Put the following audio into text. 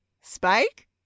Spike